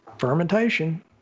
fermentation